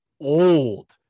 old